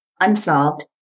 Unsolved